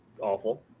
awful